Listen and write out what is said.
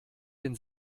den